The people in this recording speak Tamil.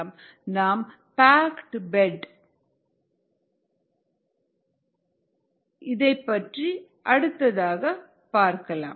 நாம் பாக்ட் பெட் மற்றும் புளுஇடைஸ்டு பெட் பற்றி பார்க்கலாம்